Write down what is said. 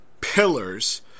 pillars